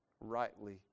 rightly